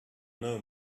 know